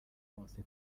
yaronse